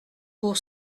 pour